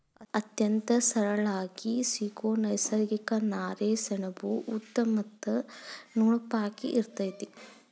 ಅತ್ಯಂತ ಸರಳಾಗಿ ಸಿಗು ನೈಸರ್ಗಿಕ ನಾರೇ ಸೆಣಬು ಉದ್ದ ಮತ್ತ ನುಣುಪಾಗಿ ಇರತತಿ